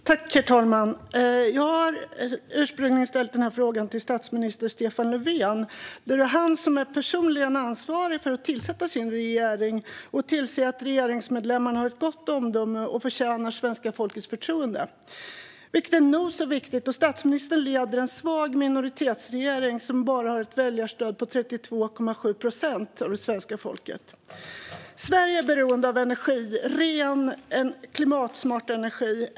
Herr talman! Jag har ursprungligen ställt denna interpellation till statsminister Stefan Löfven, då det är han som personligen är ansvarig för att tillsätta sin regering och tillse att regeringsmedlemmarna har ett gott omdöme och förtjänar svenska folkets förtroende. Det är nog så viktigt då statsministern leder en svag minoritetsregering som har ett väljarstöd på bara 32,7 procent av det svenska folket. Sverige är beroende av energi - ren och klimatsmart energi.